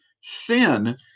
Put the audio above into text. Sin